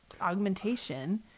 augmentation